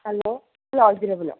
hello ꯀꯅꯥ ꯑꯣꯏꯕꯤꯔꯕꯅꯣ